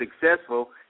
successful